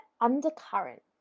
undercurrent